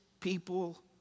people